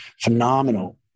phenomenal